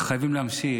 ושחייבים להמשיך,